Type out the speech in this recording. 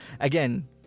Again